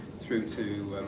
through to